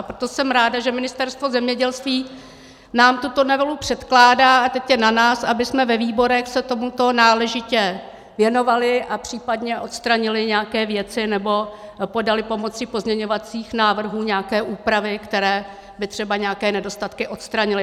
Proto jsem ráda, že Ministerstvo zemědělství nám tuto novelu předkládá, a teď je na nás, abychom se ve výborech tomuto náležitě věnovali a případně odstranili nějaké věci nebo podali pomocí pozměňovacích návrhů nějaké úpravy, které by třeba nějaké nedostatky odstranily.